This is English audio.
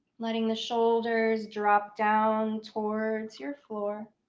letting the shoulders drop down towards your floor.